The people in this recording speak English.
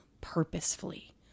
purposefully